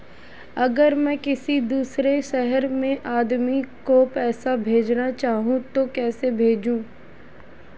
अगर मैं किसी दूसरे शहर में कोई आदमी को पैसे भेजना चाहूँ तो कैसे भेजूँ?